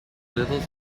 little